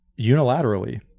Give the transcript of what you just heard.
unilaterally